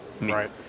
Right